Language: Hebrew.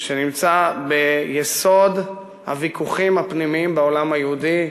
שנמצא ביסוד הוויכוחים הפנימיים בעולם היהודי,